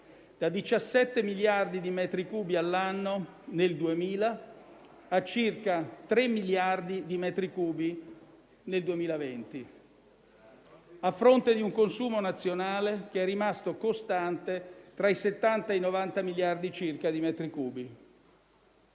da 17 miliardi di metri cubi all'anno nel 2000 a circa tre miliardi di metri cubi nel 2020, a fronte di un consumo nazionale che è rimasto costante, tra i 70 e i 90 miliardi di metri cubi